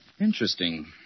Interesting